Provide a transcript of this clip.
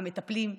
המטפלים,